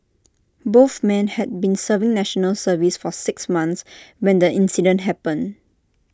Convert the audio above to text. both men had been serving National Service for six months when the incident happened